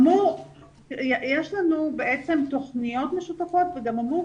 יש לנו בעצם תוכניות משותפות וגם אמור